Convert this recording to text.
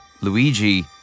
Luigi